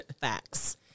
Facts